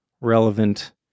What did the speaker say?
relevant